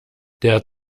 der